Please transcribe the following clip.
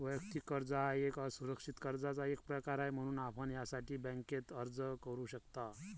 वैयक्तिक कर्ज हा एक असुरक्षित कर्जाचा एक प्रकार आहे, म्हणून आपण यासाठी बँकेत अर्ज करू शकता